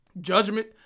Judgment